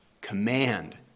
command